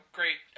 Great